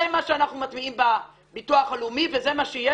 זה מה שאנחנו מטמיעים בביטוח הלאומי וזה מה שיהיה,